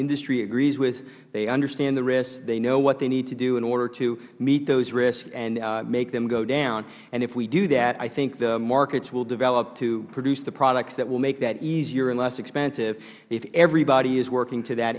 industry agrees with they understand the risks they know what they need to do in order to meet those risks and make them go down if we do that i think the markets will develop to produce the products that will make that easier and less expensive if everyone is working to that